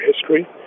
history